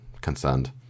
concerned